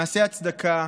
מעשה הצדקה,